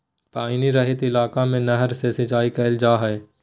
पानी रहित इलाका में नहर से सिंचाई कईल जा हइ